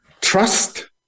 trust